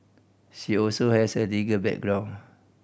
she also has a legal background